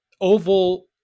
Oval